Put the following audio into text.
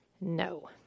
no